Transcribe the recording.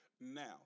Now